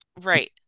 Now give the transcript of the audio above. Right